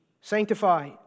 sanctify